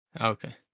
Okay